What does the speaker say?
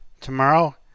Tomorrow